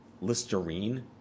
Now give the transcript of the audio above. Listerine